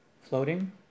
floating